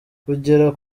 kugera